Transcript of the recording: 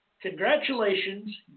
congratulations